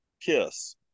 Kiss